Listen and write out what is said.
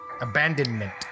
Abandonment